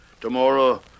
Tomorrow